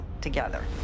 together